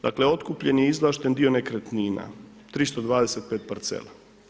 Dakle otkupljen je izvlašten dio nekretnina, 325 parcela.